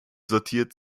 sortiert